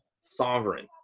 sovereign